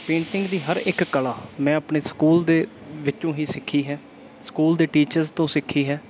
painting ਦੀ ਹਰ ਇੱਕ ਕਲਾ ਮੈਂ ਆਪਣੇ ਸਕੂਲ ਦੇ ਵਿੱਚੋਂ ਹੀ ਸਿੱਖੀ ਹੈ ਸਕੂਲ ਦੇ ਟੀਚਰਸ ਤੋਂ ਸਿੱਖੀ ਹੈ